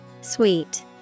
Sweet